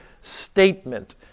statement